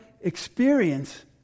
experience